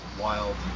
Wild